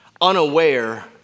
unaware